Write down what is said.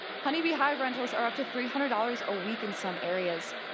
honey bee hive rentals are up to three hundred dollars a week in some areas.